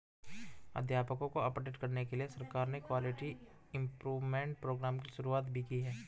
अध्यापकों को अपडेट करने के लिए सरकार ने क्वालिटी इम्प्रूव्मन्ट प्रोग्राम की शुरुआत भी की है